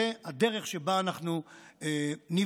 זה הדרך שבה אנחנו נבחרים.